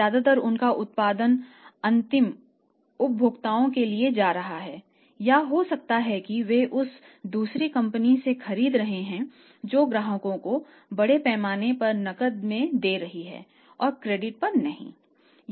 ज्यादातर उनका उत्पादन अंतिम उपभोक्ताओं के लिए जा रहा है या हो सकता है कि वे उस दूसरी कंपनी से खरीद रहे हैं जो ग्राहकों को बड़े पैमाने पर नकद में दे रही है और क्रेडिट पर नहीं